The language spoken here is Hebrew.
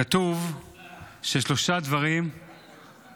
--- כתוב שאמר רבי יוחנן: